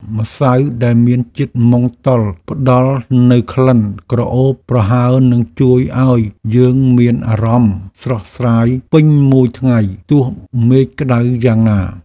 ម្សៅដែលមានជាតិម៉ង់តុលផ្តល់នូវក្លិនក្រអូបប្រហើរនិងជួយឱ្យយើងមានអារម្មណ៍ស្រស់ស្រាយពេញមួយថ្ងៃទោះមេឃក្តៅយ៉ាងណា។